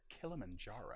Kilimanjaro